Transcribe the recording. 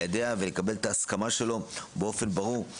ליידע ולקבל את ההסכמה שלו באופן ברור.